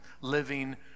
living